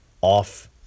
off